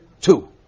two